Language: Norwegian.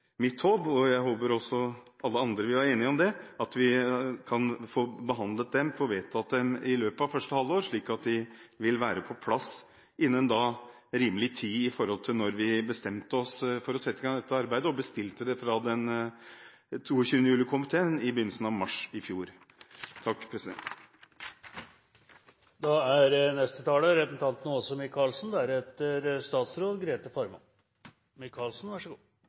mitt håp – jeg håper også at alle andre vil være enig i det – at vi kan få behandlet og vedtatt dem i løpet av første halvår, slik at de vil være på plass innen rimelig tid, siden vi bestemte oss for å sette i gang dette arbeidet og bestilte det fra 22. juli-komiteen i begynnelsen av mars i fjor. Ja, det er